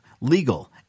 legal